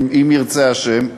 אם ירצה השם.